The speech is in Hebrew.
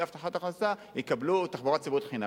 הבטחת הכנסה יקבלו תחבורה ציבורית חינם,